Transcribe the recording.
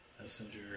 Messenger